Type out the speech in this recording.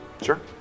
Sure